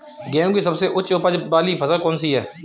गेहूँ की सबसे उच्च उपज बाली किस्म कौनसी है?